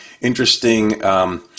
interesting